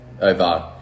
over